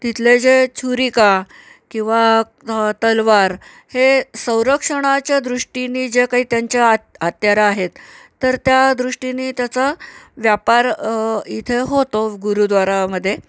तिथले जे छुरीका किंवा तलवार हे संरक्षणाच्या दृष्टीने ज्या काही त्यांच्या हत्यारं आहेत तर त्या दृष्टीने त्याचा व्यापार इथे होतो गुरुद्वारामध्ये